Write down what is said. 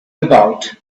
about